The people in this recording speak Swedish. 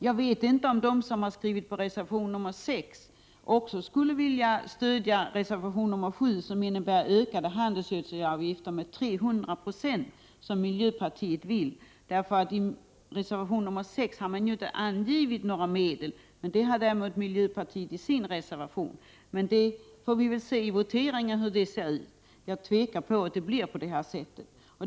Jag vet inte om de som står bakom reservation nr 6 skulle vilja stödja även reservation nr 7, som innebär ökade handelsgödselavgifter med 300 96 enligt miljöpartiets förslag. I reservation 6 har man ju inte angivit några medelsbelopp, men det har miljöpartiet gjort i sin reservation. Vi får se hur det går vid voteringen, men jag tvivlar på att miljöpartiets reservation vinner anslutning på det här sättet.